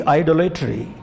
idolatry